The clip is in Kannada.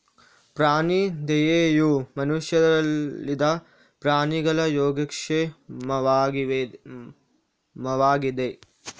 ಪ್ರಾಣಿ ದಯೆಯು ಮನುಷ್ಯರಲ್ಲದ ಪ್ರಾಣಿಗಳ ಯೋಗಕ್ಷೇಮವಾಗಿದೆ